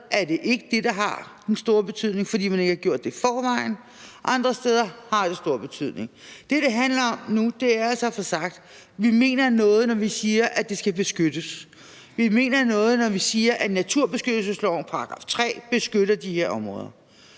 er det ikke det, der har den store betydning, fordi man ikke har gjort det i forvejen, men andre steder har det stor betydning. Det, det handler om nu, er altså at få sagt, at vi mener noget, når vi siger, at det skal beskyttes; at vi mener noget, når vi siger, at naturbeskyttelseslovens § 3 beskytter de her områder.